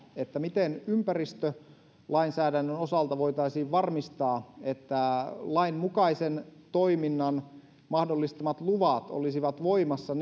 miten ympäristölainsäädännön osalta voitaisiin varmistaa että lainmukaisen toiminnan mahdollistamat luvat olisivat voimassa